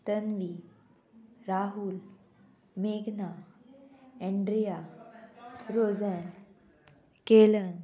तन्वी राहूल मेघना एंड्रिया रोजन केलन